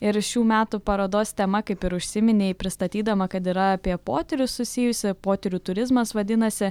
ir šių metų parodos tema kaip ir užsiminei pristatydama kad yra apie potyrius susijusi potyrių turizmas vadinasi